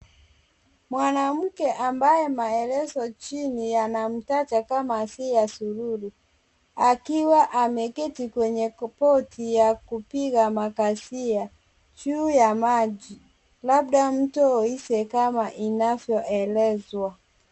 Mwanamke ambaye maelezo chini yanamtaja kama Asiya Sururu, akiwa ameketi kwenye pochi ya kupiga makasia juu ya maji labda mto Oise kama inavyoelezwa.